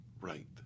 Right